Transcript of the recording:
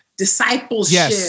discipleship